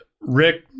Rick